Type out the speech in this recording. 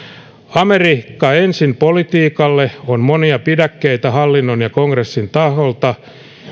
amerikka ensin politiikalle on monia pidäkkeitä hallinnon ja kongressin taholta